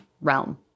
realm